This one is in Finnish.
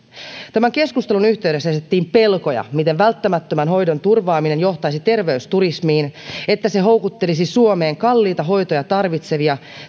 tämän keskustelun yhteydessä esitettiin pelkoja siitä miten välttämättömän hoidon turvaaminen johtaisi terveysturismiin että se houkuttelisi suomeen kalliita hoitoja tarvitsevia